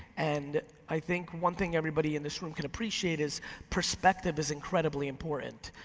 and i think one thing everybody in this room can appreciate is perspective is incredibly important,